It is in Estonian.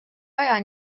aja